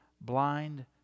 blind